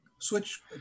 switch